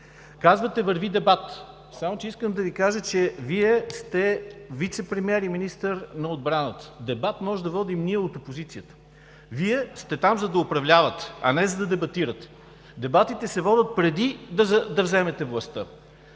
Казвате: „върви дебат“. Искам да Ви кажа, че Вие сте вицепремиер и министър на отбраната. Дебат можем да водим ние, от опозицията. Вие сте там, за да управлявате, а не за да дебатирате. Дебатите се водят преди да вземете властта.